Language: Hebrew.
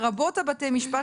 לרבות בתי המשפט,